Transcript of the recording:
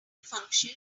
function